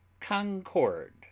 Concord